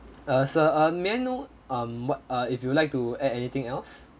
uh sir uh may I know um what uh if you would like to add anything else